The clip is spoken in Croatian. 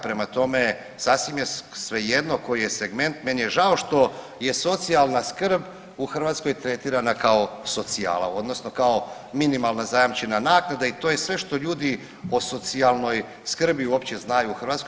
Prema tome, sasvim je svejedno koji je segment, meni je žao što je socijalna skrb u Hrvatskoj tretirana kao socijala odnosno kao minimalna zajamčena naknada i to je sve što ljudi o socijalnoj skrbi uopće znaju u Hrvatskoj.